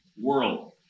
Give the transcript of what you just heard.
world